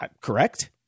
correct